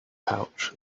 pouch